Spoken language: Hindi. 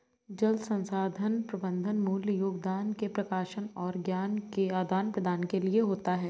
जल संसाधन प्रबंधन मूल योगदान के प्रकाशन और ज्ञान के आदान प्रदान के लिए होता है